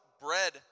bread